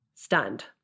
Stunned